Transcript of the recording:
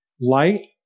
Light